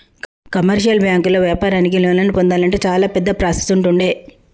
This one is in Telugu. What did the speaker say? కమర్షియల్ బ్యాంకుల్లో వ్యాపారానికి లోన్లను పొందాలంటే చాలా పెద్ద ప్రాసెస్ ఉంటుండే